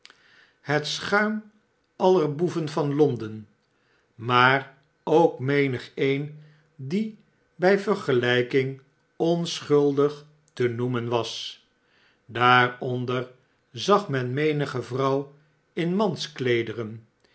het schuim aller boeven van londen maar ook menigeen die bij vergelijking onschuldig te noemen was daaronder zag men menige vrouw in